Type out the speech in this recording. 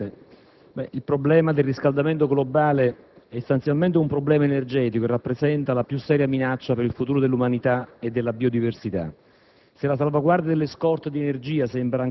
europea, quindi il problema del riscaldamento globale è essenzialmente un problema energetico e rappresenta la più seria minaccia per il futuro dell'umanità e della biodiversità;